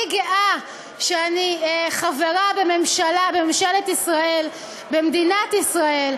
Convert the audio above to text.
אני גאה שאני חברה בממשלת ישראל, במדינת ישראל,